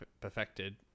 perfected